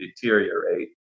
deteriorate